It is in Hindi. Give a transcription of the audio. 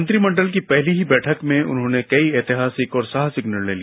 मंत्रिमंडल की पहली ही बैठक में उन्होंने कई ऐतिहासिक और साहासिक निर्णय लिए